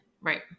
right